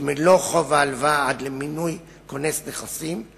מלוא חוב ההלוואה עד למינוי כונס נכסים,